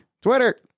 Twitter